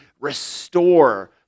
restore